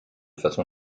façon